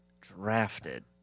Drafted